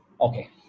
Okay